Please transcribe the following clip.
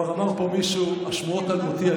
אנחנו מאמינים, וכך ראוי, שהוא יהיה שר בישראל.